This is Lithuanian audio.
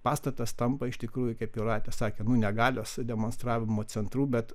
pastatas tampa iš tikrųjų kaip jūratė sakė nu ne galios demonstravimu centru bet